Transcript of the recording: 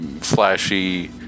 flashy